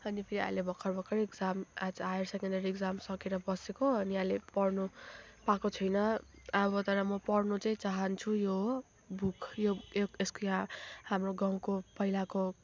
अनि फेरि अहिले भर्खर भर्खर इक्जाम आज हायर सेकेन्डेरी इक्जाम सकेर बसेको अनि अहिले पढ्नु पाएको छुइनँ अब तर पढ्नु चाहिँ चाहन्छु यो बुक यो यसको हाम्रो गाउँको पहिलाको